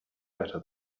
better